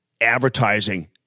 advertising